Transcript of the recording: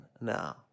No